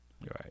right